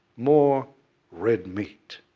more red meat.